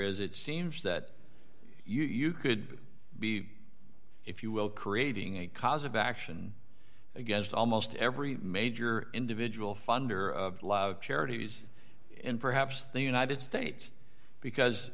is it seems that you could be if you will creating a cause of action against almost every major individual funder of charities in perhaps the united states because